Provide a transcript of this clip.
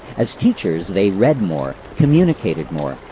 as teachers, they read more, communicated more,